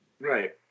Right